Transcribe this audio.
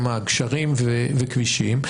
גשרים וכבישים,